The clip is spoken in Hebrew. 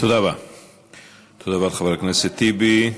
תודה רבה לחבר הכנסת טיבי.